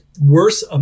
worse